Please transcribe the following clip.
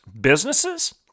Businesses